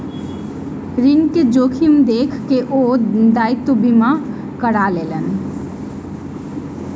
ऋण के जोखिम देख के ओ दायित्व बीमा करा लेलैन